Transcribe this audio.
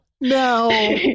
no